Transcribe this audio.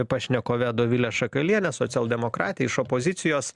pašnekove dovile šakaliene socialdemokrate iš opozicijos